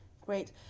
Great